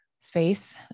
space